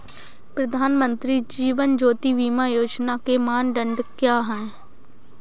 प्रधानमंत्री जीवन ज्योति बीमा योजना के मानदंड क्या हैं?